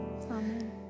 Amen